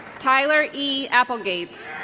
tyler e. applegate